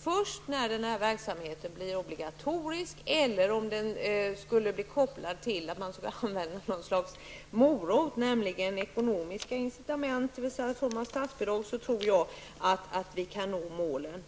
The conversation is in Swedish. Först när verksamheten blir obligatorisk eller kopplas till något slags morot, nämligen ekonomiska incitament så att man får statsbidrag, tror jag att vi kan nå målen.